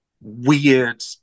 weird